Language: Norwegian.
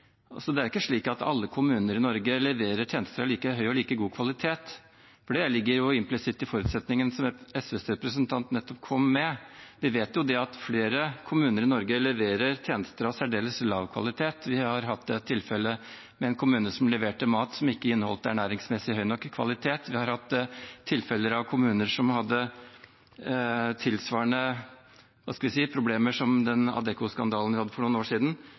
Det er ikke slik at alle kommuner i Norge leverer tjenester av like høy og god kvalitet. Det ligger implisitt i forutsetningen som SVs representant nettopp kom med. Vi vet at flere kommuner i Norge leverer tjenester av særdeles lav kvalitet. Vi har hatt et tilfelle med en kommune som leverte mat som ikke inneholdt ernæringsmessig høy nok kvalitet. Vi har hatt tilfeller med kommuner som hadde tilsvarende – hva skal vi si – problemer som i den Adecco-skandalen vi hadde for noen år siden.